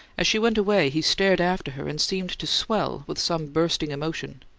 as she went away he stared after her and seemed to swell with some bursting emotion.